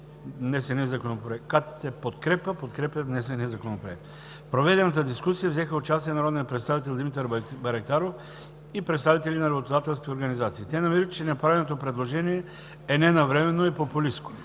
Това е позиция на КНСБ. КТ „Подкрепа” подкрепя внесения Законопроект. В проведената дискусия взеха участие народният представител Димитър Байрактаров и представители на работодателските организации. Те намират, че направеното предложение е ненавременно и популистко.